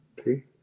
Okay